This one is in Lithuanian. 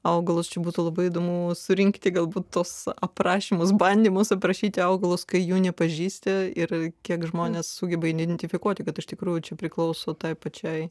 augalus čia būtų labai įdomu surinkti galbūt tuos aprašymus bandymus aprašyti augalus kai jų nepažįsti ir kiek žmonės sugeba identifikuoti kad iš tikrųjų priklauso tai pačiai